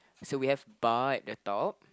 so we have bar at the top